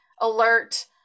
alert